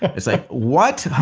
it's like, what?